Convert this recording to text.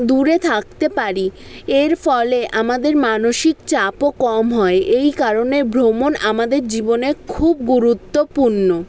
দূরে থাকতে পারি এর ফলে আমাদের মানসিক চাপও কম হয় এই কারণে ভ্রমণ আমাদের জীবনে খুব গুরুত্বপূর্ণ